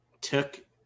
took